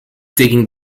digging